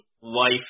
life